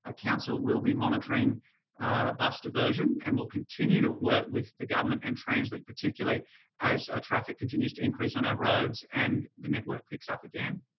ah council will be monitoring bus diversion, and will continue to work with the government and translink particularly as traffic continues to increase on our roads and the network picks up again.